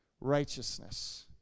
Righteousness